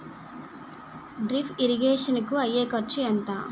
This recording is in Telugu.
డ్రిప్ ఇరిగేషన్ కూ అయ్యే ఖర్చు ఎంత?